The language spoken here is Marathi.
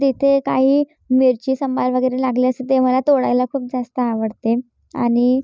तिथे काही मिरची संबार वगैरे लागले असते ते मला तोडायला खूप जास्त आवडते आणि